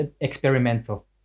experimental